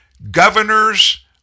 Governors